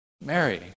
Mary